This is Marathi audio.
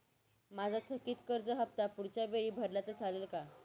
माझा थकीत कर्ज हफ्ता पुढच्या वेळी भरला तर चालेल का?